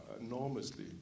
enormously